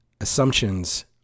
Assumptions